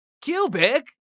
Cubic